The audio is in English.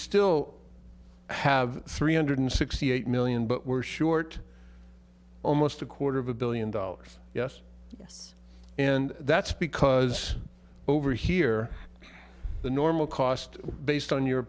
still have three hundred sixty eight million but we're short almost a quarter of a billion dollars yes yes and that's because over here the normal cost based on your